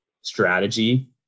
strategy